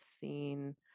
seen